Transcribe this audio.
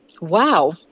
Wow